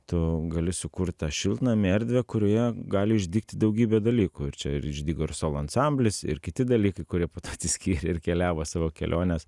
tu gali sukurt tą šiltnamį erdvę kurioje gali išdygti daugybė dalykų ir čia ir išdygo ir solo ansamblis ir kiti dalykai kurie atsiskyrė ir keliavo savo keliones